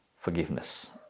forgiveness